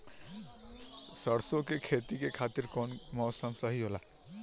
सरसो के खेती के खातिर कवन मौसम सही होला?